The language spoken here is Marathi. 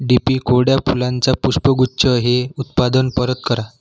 डी पी कोरड्या फुलांचा पुष्पगुच्छ हे उत्पादन परत करा